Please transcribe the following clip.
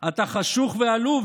אתה חשוך ועלוב,